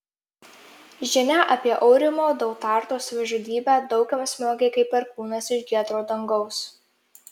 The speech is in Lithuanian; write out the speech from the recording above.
žinia apie aurimo dautarto savižudybę daug kam smogė kaip perkūnas iš giedro dangaus